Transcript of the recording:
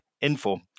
info